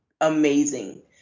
amazing